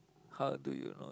how do you lor